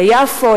ליפו,